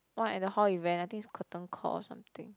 what at the hall event I think it's curtain call or something